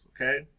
okay